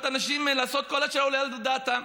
הנשים לעשות כל אשר עולה על דעתן.